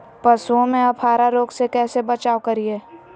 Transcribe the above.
पशुओं में अफारा रोग से कैसे बचाव करिये?